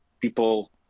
people